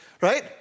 right